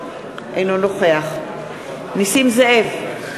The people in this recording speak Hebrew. אינו נוכח נסים זאב,